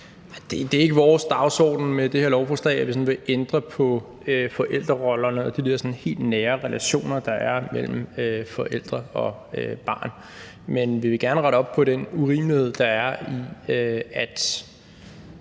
Det er ikke på vores dagsorden, at vi med det her lovforslag sådan vil ændre på forældrerollerne og de der sådan helt nære relationer, der er mellem forældre og barn. Men vi vil gerne rette op på den urimelighed, der er.